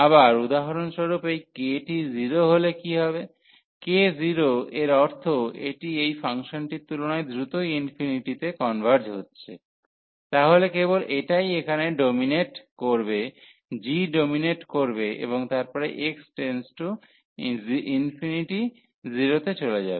আবার উদাহরণস্বরূপ এই k টি 0 হলে কী হবে k 0 এর অর্থ এটি এই ফাংশনটির তুলনায় দ্রুত ইনফিনিটিতে কনভার্জ হচ্ছে তাহলে কেবল এটাই এখানে ডোমিনেট করবে g ডোমিনেট করবে এবং তারপরে x →∞ 0 তে চলে যাবে